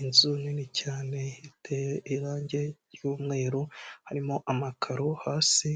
Inzu nini cyane iteye irangi ry'umweru harimo amakaro hasi